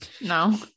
No